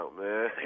man